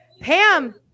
Pam